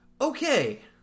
Okay